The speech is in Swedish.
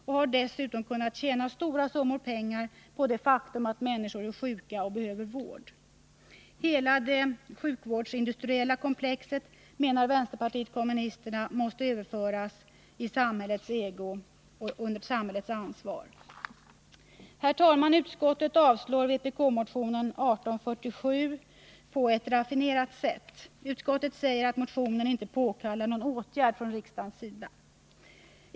Man har dessutom kunnat tjäna stora summor pengar på människors sjukdom och behov av vård. Hela det sjukvårdsindustriella komplexet måste, enligt vänsterpartiet kommunisterna, överföras i samhällets ägo och stå under samhällets ansvar. Herr talman! Utskottet föreslår avslag på vpk-motionen 1847 på ett raffinerat sätt. Utskottet säger att motionen inte påkallar någon åtgärd från riksdagens sida.